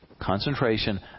concentration